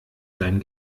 sein